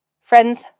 Friends